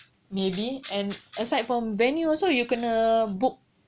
maybe and aside from venue also you kena book